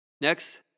Next